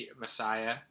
Messiah